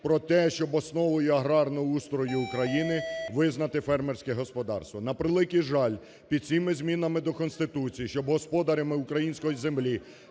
про те, щоб основою аграрного устрою України визнати фермерське господарство. На превеликий жаль, під цими змінами до Конституції, щоб господарями української землі